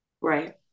right